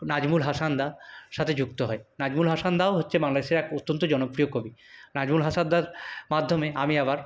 নাজমুল হাসানদার সাথে যুক্ত হই নাজমুল হাসানদাও হচ্ছে বাংলাদেশের এক অত্যন্ত জনপ্রিয় কবি নাজমুল হাসানদার মাধ্যমে আমি আবার